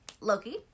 Loki